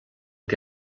que